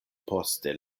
poste